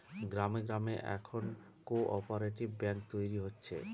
গ্রামে গ্রামে এখন কোঅপ্যারেটিভ ব্যাঙ্ক তৈরী হচ্ছে